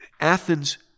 Athens